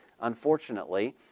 unfortunately